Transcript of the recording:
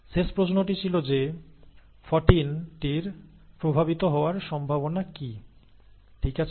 শেষ প্রশ্নটি ছিল যে 14 টির প্রভাবিত হওয়ার সম্ভাবনা কি ঠিক আছে